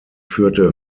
führte